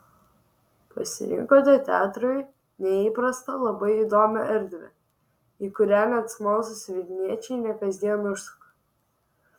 pasirinkote teatrui neįprastą labai įdomią erdvę į kurią net smalsūs vilniečiai ne kasdien užsuka